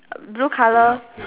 blue colour